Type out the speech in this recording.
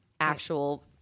actual